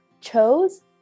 chose